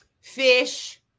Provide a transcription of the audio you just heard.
Fish